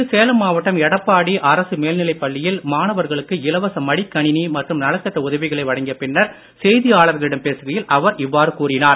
இன்று சேலம் மாவட்டம் எடப்பாடி அரசு மேல்நிலைப் பள்ளியில் மாணவர்களுக்கு இலவச மடிக்கணினி மற்றும் நலத்திட்ட உதவிகளை வழங்கிய பின்னர் செய்தியாளர்களிடம் பேசுகையில் அவர் இவ்வாறு கூறினார்